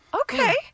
Okay